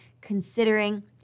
considering